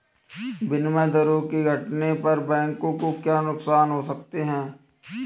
विनिमय दरों के घटने पर बैंकों को क्या नुकसान हो सकते हैं?